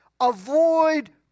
avoid